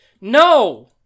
No